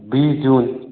बीस जून